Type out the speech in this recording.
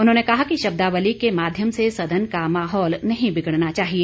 उन्होंने कहा कि शब्दावली के माध्यम से सदन का माहौल नहीं बिगड़ना चाहिए